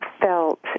felt